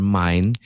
mind